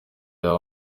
yaha